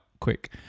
quick